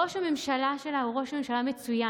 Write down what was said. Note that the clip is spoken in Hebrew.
עם ראש ממשלה מצוין,